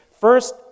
First